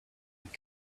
and